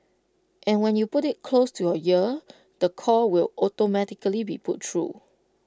and when you put IT close to your ear the call will automatically be put through